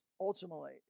Ultimately